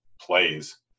plays